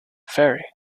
ferry